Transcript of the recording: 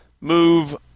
move